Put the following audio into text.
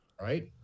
Right